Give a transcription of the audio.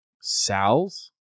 Sal's